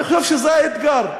אני חושב שזה אתגר.